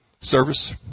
service